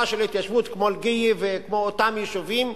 של התיישבות כמו לקיה וכמו אותם יישובים,